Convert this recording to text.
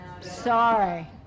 Sorry